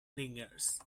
lingers